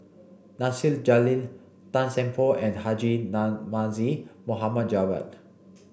Nasir Jalil Tan Seng Poh and Haji Namazie Mohd Javad